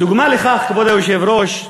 דוגמה לכך, כבוד היושב-ראש,